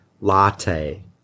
latte